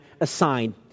assigned